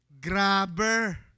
Grabber